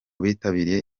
bitabiriye